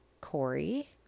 Corey